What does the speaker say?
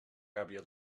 gàbia